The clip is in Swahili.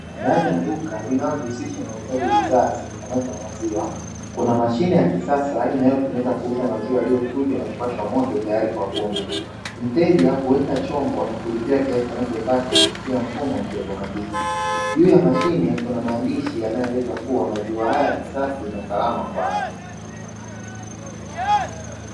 Ndani ya duka linajihusisha na uuzaji wa bidhaa zitokanazo na maziwa kuna mashine ya kisasa inayotumika kuuza maziwa yaliyochujwa na kuoshwa moto tayari kwa kunywa. Mteja an kuweka chombo na kulipia kiasi anachotaka kupitia mfumo wa kielektroniki. Juu ya mashine kuna maandishi yanayoeleza kuwa maziwa haya ni safi na salama kwa afya.